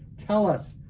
tell us.